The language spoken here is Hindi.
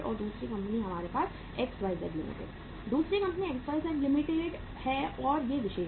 दूसरी कंपनी XYZ Limited है और ये विशेष हैं